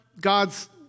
God's